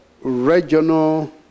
regional